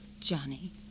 Johnny